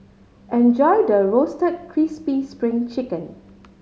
enjoy the Roasted Crispy Spring Chicken